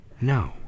No